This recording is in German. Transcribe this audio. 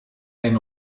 ein